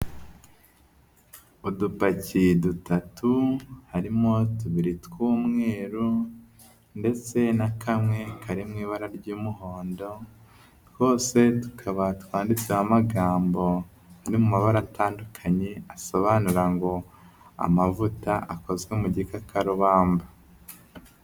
Udupaki dutatu harimo tubiri tw'umweru ndetse na kamwe karimwe ibara ry'umuhondo, twose tukaba twanditseho amagambo ari mu mabara atandukanye asobanura ngo: amavuta akozwe mu gikakarubamba.